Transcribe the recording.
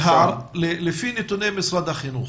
לפי נתוני משרד החינוך,